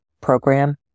program